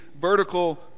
vertical